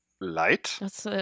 Light